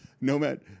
Nomad